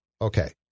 Okay